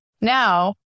now